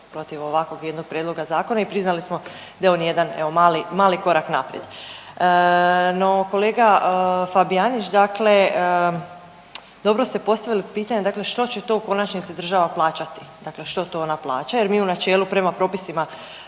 protiv ovakvog jednog prijedloga zakona i priznali smo da je on jedan evo mali, mali korak naprijed. No kolega Fabijanić dakle dobro ste postavili pitanje dakle što će to u konačnici država plaćati, dakle što to ona plaća jer mi u načelu prema propisima